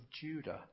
Judah